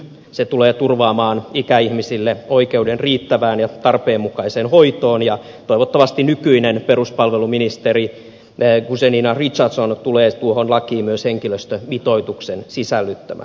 se tulee turvaamaan ikäihmisille oikeuden riittävään ja tarpeenmukaiseen hoitoon ja toivottavasti nykyinen peruspalveluministeri guzenina richardson tulee tuohon lakiin myös henkilöstömitoituksen sisällyttämään